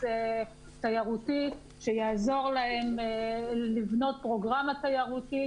תיירותי שיעזור להן לבנות פרוגרמה תיירותית,